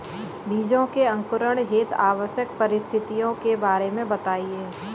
बीजों के अंकुरण हेतु आवश्यक परिस्थितियों के बारे में बताइए